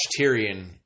Tyrion